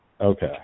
Okay